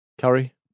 Curry